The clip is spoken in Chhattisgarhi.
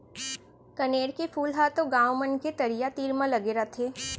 कनेर के फूल ह तो गॉंव मन के तरिया तीर म लगे रथे